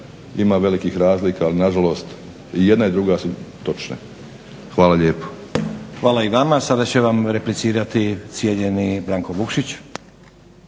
ima velikih razlika, ali nažalost i jedna i druga su točne. Hvala lijepo. **Stazić, Nenad (SDP)** Hvala i vama. Sada će vam replicirati cijenjeni Branko Vukšić.